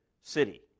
city